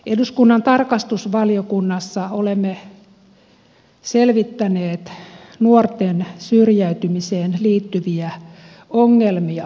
eduskunnan tarkastusvaliokunnassa olemme selvittäneet nuorten syrjäytymiseen liittyviä ongelmia pitkään